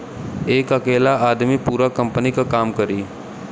एक अकेला आदमी पूरा कंपनी क काम करी